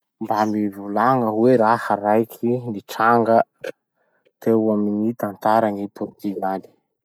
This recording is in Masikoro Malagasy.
Mba mivolagna hoe raha raiky nitranga teo amy gny tantaran'i Portugal?